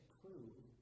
prove